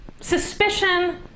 Suspicion